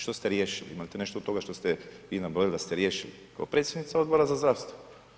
Što ste riješili, imate nešto što ste vi nabrojili da ste riješili kako predsjednica Odbora za zdravstvo?